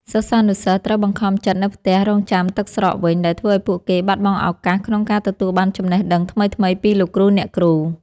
សិស្សានុសិស្សត្រូវបង្ខំចិត្តនៅផ្ទះរង់ចាំទឹកស្រកវិញ ដែលធ្វើឱ្យពួកគេបាត់បង់ឱកាសក្នុងការទទួលបានចំណេះដឹងថ្មីៗពីលោកគ្រូអ្នកគ្រូ។